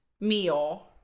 meal